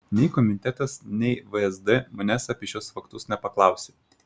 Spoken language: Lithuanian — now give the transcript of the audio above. nei komitetas nei vsd manęs apie šiuos faktus nepaklausė